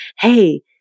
hey